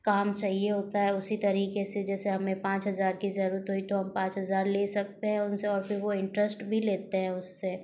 काम चाहिए होता है उसी तरीके से जैसे हमें पाँच हज़ार की जरूरत हुई तो हम पाँच हज़ार ले सकते हैं उनसे और फिर वो इंट्रेस्ट भी लेते हैं उससे